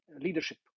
leadership